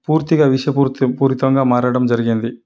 పూర్తిగా విషపూరిత పూరితంగా మారడం జరిగింది